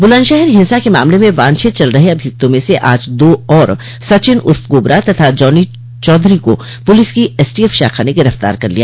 बुलन्दशहर हिंसा के मामले में वांछित चल रहे अभियुक्तों में से आज दो और सचिन उर्फ कोबरा तथा जौनी चौधरी को पुलिस की एसटीएफ शाखा ने गिरफ्तार कर लिया